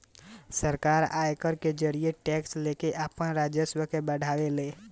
सरकार आयकर के जरिए टैक्स लेके आपन राजस्व के बढ़ावे ले